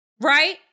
Right